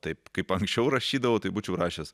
taip kaip anksčiau rašydavau taip būčiau rašęs